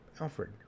Alfred